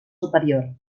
superior